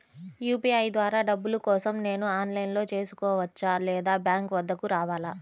UPI ద్వారా డబ్బులు కోసం నేను ఆన్లైన్లో చేసుకోవచ్చా? లేదా బ్యాంక్ వద్దకు రావాలా?